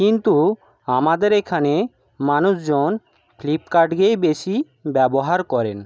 কিন্তু আমাদের এখানে মানুষজন ফ্লিপকার্টকেই বেশি ব্যবহার করেন